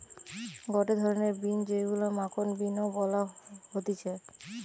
গটে ধরণের বিন যেইগুলো মাখন বিন ও বলা হতিছে